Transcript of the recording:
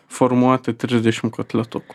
formuoti trisdešimt kotletukų